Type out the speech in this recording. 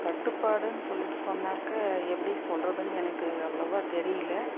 கட்டுப்பாடுன்னு சொல்லிட்டு சொன்னாக்கா எப்படி சொல்கிறதுன்னு எனக்கு அவ்வளோவா தெரியல